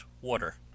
water